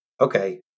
okay